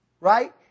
Right